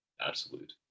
absolute